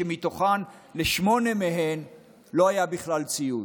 שמתוכן לשמונה לא היה בכלל ציוד,